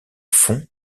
fond